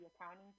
accounting